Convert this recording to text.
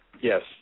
Yes